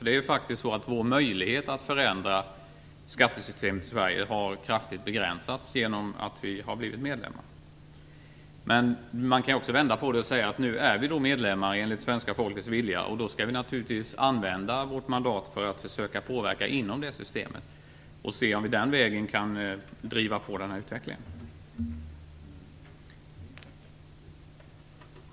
Det är faktiskt så att vår möjlighet att förändra skattesystemet i Sverige har kraftigt begränsats genom att vi har blivit medlemmar. Man kan också vända på det och säga att vi nu är medlemmar, enligt svenska folkets vilja, och då skall vi naturligtvis använda vårt mandat för att försöka påverka inom det systemet och se om vi den vägen kan driva på utvecklingen.